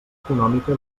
econòmica